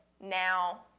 now